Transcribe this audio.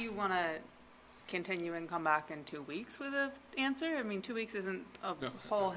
you want to continue and come back in two weeks with the answer i mean two weeks isn't